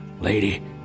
Lady